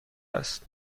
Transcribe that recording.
است